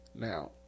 Now